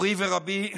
מורי ורבי,